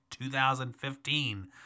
2015